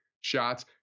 shots